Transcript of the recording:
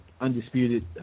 undisputed